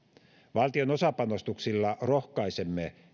valtion osapanostuksilla rohkaisemme